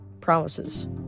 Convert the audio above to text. Promises